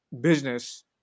business